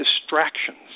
distractions